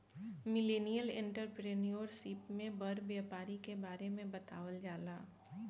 millennial entrepreneurship में बड़ व्यापारी के बारे में बतावल जाला